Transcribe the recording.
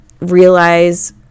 realize